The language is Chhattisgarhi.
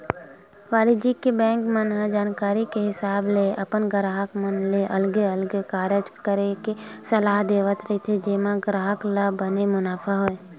वाणिज्य बेंक मन ह जानकारी के हिसाब ले अपन गराहक मन ल अलगे अलगे कारज करे के सलाह देवत रहिथे जेमा ग्राहक ल बने मुनाफा होय